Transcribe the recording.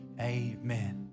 amen